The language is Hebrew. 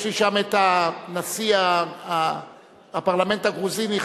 יש לי שם, נשיא הפרלמנט הגרוזיני.